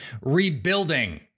rebuilding